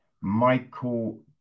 Michael